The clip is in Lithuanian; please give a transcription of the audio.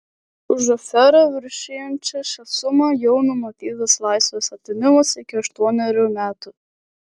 už aferą viršijančią šią sumą jau numatytas laisvės atėmimas iki aštuonerių metų